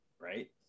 right